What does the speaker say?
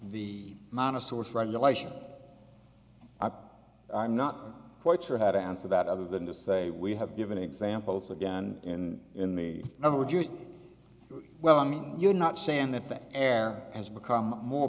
regulation i'm not quite sure how to answer that other than to say we have given examples again in in the other would you well i mean you're not saying that that air has become more